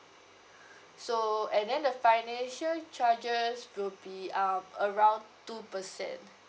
so and then the financial charges will be um around two percent